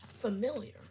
Familiar